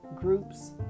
groups